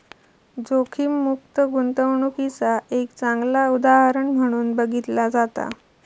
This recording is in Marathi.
जोखीममुक्त गुंतवणूकीचा एक चांगला उदाहरण म्हणून बघितला जाता